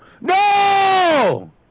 no